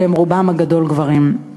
שרובם הגדול גברים.